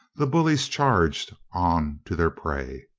the bullies charged on to their prey.